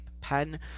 pen